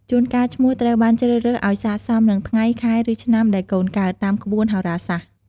ជួនកាល ឈ្មោះត្រូវបានជ្រើសរើសឲ្យស័ក្តិសមនឹងថ្ងៃ ខែ ឬ ឆ្នាំដែលកូនកើត តាមក្បួនហោរាសាស្ត្រ។